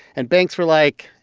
and banks were like,